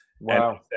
Wow